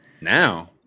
Now